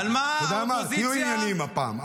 אתה יודע מה, תהיו ענייניים הפעם.